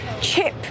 chip